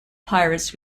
pirates